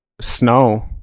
snow